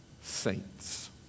saints